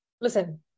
listen